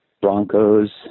Broncos